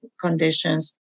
conditions